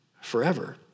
forever